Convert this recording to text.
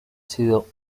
sido